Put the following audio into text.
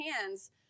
hands